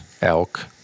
elk